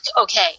okay